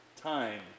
time